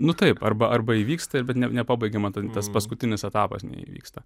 nu taip arba arba įvyksta ir bet nepa nepabaigiama ten tas paskutinis etapas neįvyksta